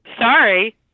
Sorry